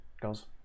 Goes